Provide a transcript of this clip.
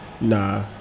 Nah